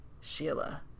Sheila